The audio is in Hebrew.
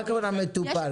מה הכוונה מטופל?